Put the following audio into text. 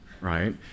right